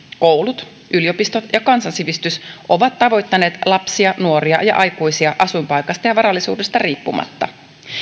koulut yliopistot ja kansansivistys ovat tavoittaneet lapsia nuoria ja aikuisia asuinpaikasta ja varallisuudesta riippumatta